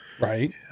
Right